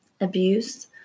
abuse